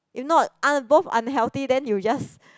if not un both unhealthy then you just